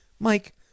Mike